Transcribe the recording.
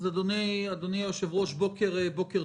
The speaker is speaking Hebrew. אדוני היושב-ראש, בוקר טוב.